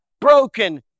broken